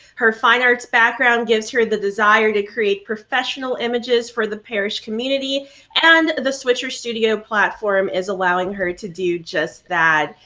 her fine arts background gives her the desire to create professional images for the parish community and the switcher studio platform is allowing her to do just that.